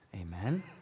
Amen